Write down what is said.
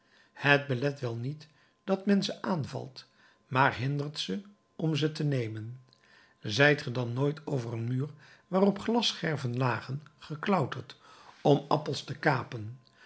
het belet wel niet dat men ze aanvalt maar hindert om ze te nemen zijt ge dan nooit over een muur waarop glasscherven lagen geklauterd om appels te kapen